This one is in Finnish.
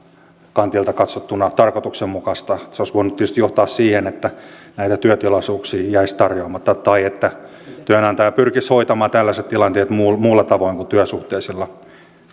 kantilta katsottuna tarkoituksenmukaista se olisi voinut tietysti johtaa siihen että näitä työtilaisuuksia jäisi tarjoamatta tai että työnantaja pyrkisi hoitamaan tällaiset tilanteet muulla muulla tavoin kuin työsuhteisilla